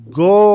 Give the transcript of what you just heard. go